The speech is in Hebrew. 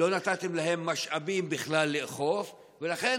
לא נתתם להן משאבים בכלל לאכוף, ולכן